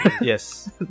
Yes